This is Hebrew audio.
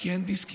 כי אין דיסקים.